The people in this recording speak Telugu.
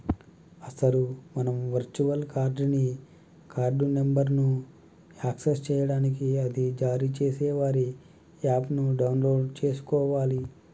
అసలు మనం వర్చువల్ కార్డ్ ని కార్డు నెంబర్ను యాక్సెస్ చేయడానికి అది జారీ చేసే వారి యాప్ ను డౌన్లోడ్ చేసుకోవాలి